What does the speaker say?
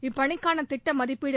இப்பணிக்கான திட்ட மதிப்பீடு